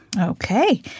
Okay